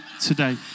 today